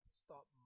stop